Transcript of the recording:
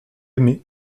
aimé